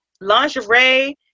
lingerie